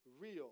real